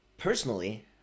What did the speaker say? Personally